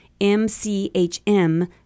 MCHM